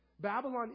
Babylon